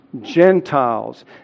Gentiles